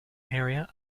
area